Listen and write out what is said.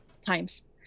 times